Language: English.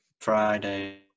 Friday